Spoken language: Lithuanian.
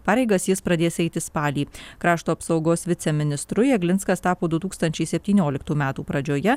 pareigas jis pradės eiti spalį krašto apsaugos viceministru jeglinskas tapo du tūkstančiai septynioliktų metų pradžioje